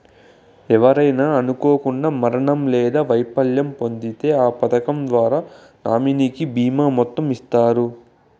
ఎవరైనా అనుకోకండా మరణం లేదా వైకల్యం పొందింతే ఈ పదకం ద్వారా నామినీకి బీమా మొత్తం ఇస్తారు